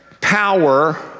Power